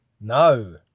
No